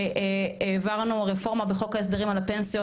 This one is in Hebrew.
כשהעברנו רפורמה בחוק ההסדרים על הפנסיות,